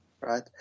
right